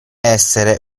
essere